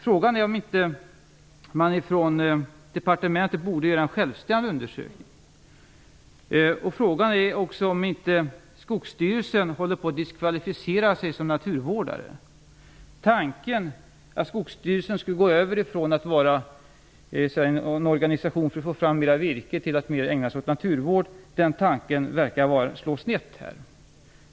Frågan är om man inte från departementets sida borde göra en självständig undersökning. Frågan är också om inte Skogsstyrelsen håller på att diskvalificera sig själv som naturvårdare. Tanken att Skogsstyrelsen skulle gå över från att vara en organisation för att få fram mera virke till att mer ägna sig åt naturvård verkar slå snett.